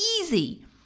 easy